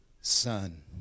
son